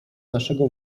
naszego